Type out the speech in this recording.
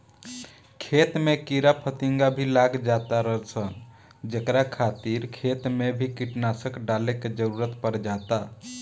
खेत में कीड़ा फतिंगा भी लाग जातार सन जेकरा खातिर खेत मे भी कीटनाशक डाले के जरुरत पड़ जाता